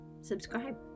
subscribe